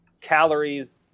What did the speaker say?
calories